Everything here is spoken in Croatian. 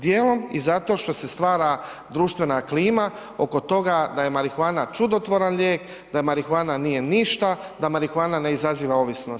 Dijelom i zato što se stvara društvena klima oko toga da je marihuana čudotvoran lijek, da marihuana nije ništa, da marihuana ne izaziva ovisnost.